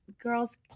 girls